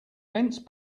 fence